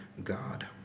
God